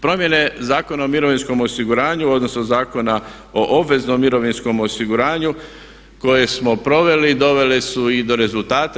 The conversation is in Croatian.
Promjene Zakona o mirovinskom osiguranju, odnosno Zakona o obveznom mirovinskom osiguranju koje smo proveli dovele su i do rezultata.